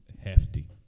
Hefty